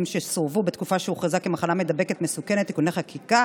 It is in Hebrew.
שסורבו בתקופה שהוכרזה כמחלה מדבקת מסוכנת (תיקוני חקיקה),